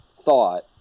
thought